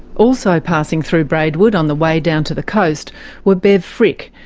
also passing through braidwood on the way down to the coast were bev fricke,